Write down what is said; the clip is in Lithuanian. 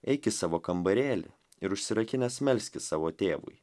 eik į savo kambarėlį ir užsirakinęs melskis savo tėvui